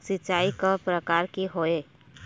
सिचाई कय प्रकार के होये?